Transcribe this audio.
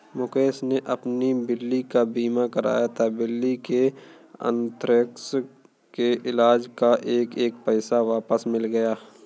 मुकेश ने अपनी बिल्ली का बीमा कराया था, बिल्ली के अन्थ्रेक्स के इलाज़ का एक एक पैसा वापस मिल गया